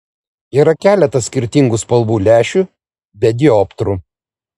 yra keletas skirtingų spalvų lęšių be dioptrų